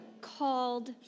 called